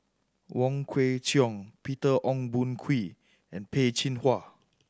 Wong Kwei Cheong Peter Ong Boon Kwee and Peh Chin Hua